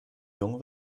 jung